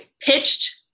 pitched